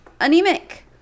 anemic